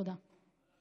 תודה.